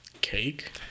Cake